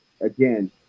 Again